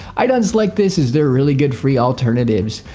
i'd unselect this as there are really good free alternatives.